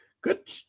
Good